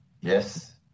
Yes